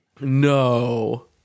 No